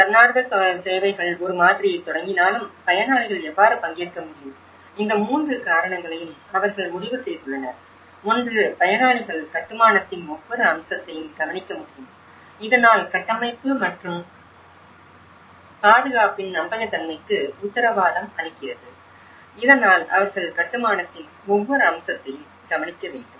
தன்னார்வ சேவைகள் ஒரு மாதிரியைத் தொடங்கினாலும் பயனாளிகள் எவ்வாறு பங்கேற்க முடியும் இந்த மூன்று காரணங்களையும் அவர்கள் முடிவு செய்துள்ளனர் ஒன்று பயனாளிகள் கட்டுமானத்தின் ஒவ்வொரு அம்சத்தையும் கவனிக்க முடியும் இதனால் கட்டமைப்பு மற்றும் பாதுகாப்பின் நம்பகத்தன்மைக்கு உத்தரவாதம் அளிக்கிறது இதனால் அவர்கள் கட்டுமானத்தின் ஒவ்வொரு அம்சத்தையும் கவனிக்க வேண்டும்